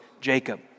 Jacob